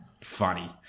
funny